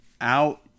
out